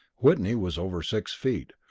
whitney was over six feet,